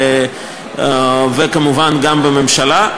וכמובן גם בממשלה.